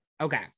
Okay